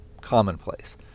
commonplace